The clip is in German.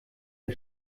der